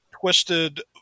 twisted